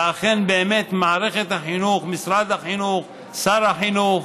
ואכן, באמת מערכת החינוך, משרד החינוך, שר החינוך,